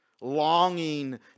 Longing